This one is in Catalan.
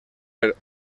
per